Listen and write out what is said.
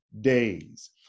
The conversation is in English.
days